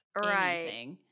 right